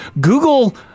Google